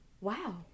wow